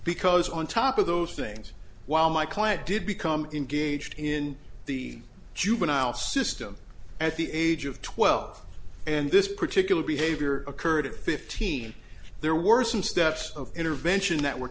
because on top of those things while my client did become engaged in the juvenile system at the age of twelve and this particular behavior occurred at fifteen there were some steps of intervention that were